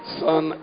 son